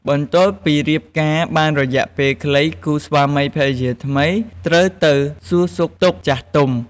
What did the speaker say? បន្ទាប់ពីរៀបការបានរយៈពេលខ្លី គូស្វាមីភរិយាថ្មីត្រូវទៅសួរសុខទុក្ខចាស់ទុំ។